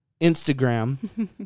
Instagram